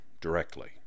directly